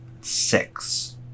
six